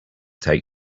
take